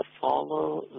follow